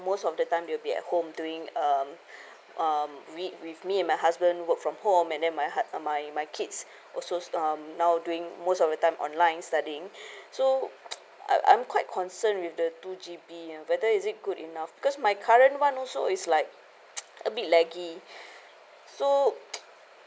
most of the time they will be at home doing um um with with me and my husband work from home and then my hu~ my my kids also um now doing most of the time online studying so I'm quite concerned with the two G_B you know whether is it good enough because my current one also is like a bit laggy so